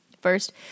First